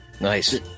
Nice